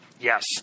Yes